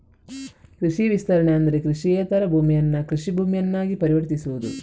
ಕೃಷಿ ವಿಸ್ತರಣೆ ಅಂದ್ರೆ ಕೃಷಿಯೇತರ ಭೂಮಿಯನ್ನ ಕೃಷಿ ಭೂಮಿಯನ್ನಾಗಿ ಪರಿವರ್ತಿಸುವುದು